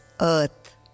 earth